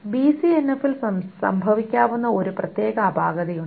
ബിസിഎൻഎഫിൽ സംഭവിക്കാവുന്ന ഒരു പ്രത്യേക അപാകതയുണ്ട്